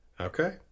Okay